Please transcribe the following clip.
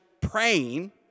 praying